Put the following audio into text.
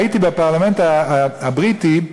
הייתי בפרלמנט הבריטי,